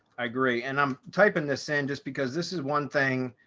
i agree. and i'm typing this in just because this is one thing.